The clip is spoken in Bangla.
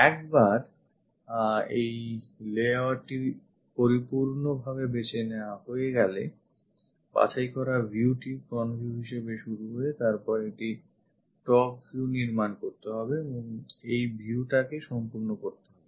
একবার এই layoutটি পরিপূর্ণভাবে বেছে নেওয়া হলে বাছাই করা view টি front view হিসেবে শুরু হয়ে তারপর একটি top view নির্মাণ করতে হবে এবং এই view টাকে সম্পূর্ণ করতে হবে